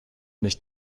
nicht